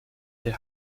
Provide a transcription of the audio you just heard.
der